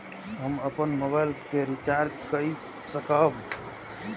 हम अपन मोबाइल के रिचार्ज के कई सकाब?